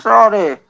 Sorry